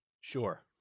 Sure